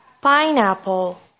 pineapple